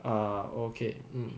ah okay